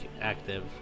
active